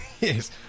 Yes